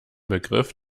begriff